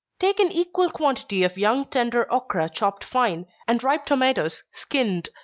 take an equal quantity of young tender ocra chopped fine, and ripe tomatoes skinned,